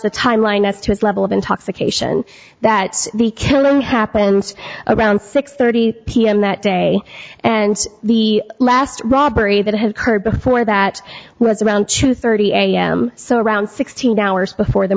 the timeline as to his level of intoxication that the killing happened around six thirty pm that day and the last robbery that has occurred before that was around two thirty am so around sixteen hours before the